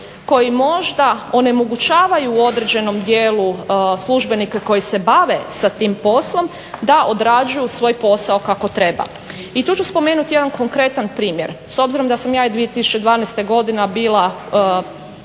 koji možda onemogućavaju u određenom dijelu službenike koji se bave sa tim poslom da odrađuju svoj posao kako treba. I tu ću spomenuti jedan konkretan primjer. S obzirom da sam ja 2012. godine bila